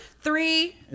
Three